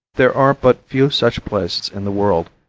there are but few such places in the world,